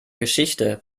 geschichte